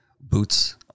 boots